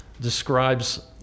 describes